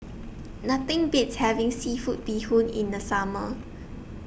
Nothing Beats having Seafood Bee Hoon in The Summer